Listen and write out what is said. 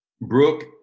Brooke